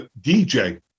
DJ